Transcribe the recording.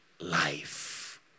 Life